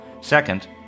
Second